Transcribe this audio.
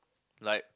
like